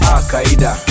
Al-Qaeda